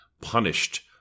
punished